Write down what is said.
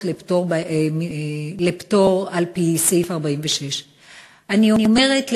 לפטור על-פי סעיף 46. אני אומרת לצערי,